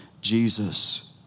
Jesus